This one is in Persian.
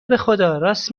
بخداراست